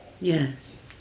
Yes